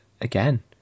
Again